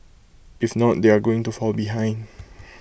if not they are going to fall behind